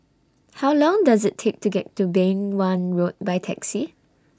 How Long Does IT Take to get to Beng Wan Road By Taxi